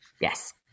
Yes